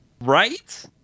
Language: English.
right